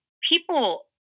people